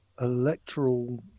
electoral